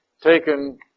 taken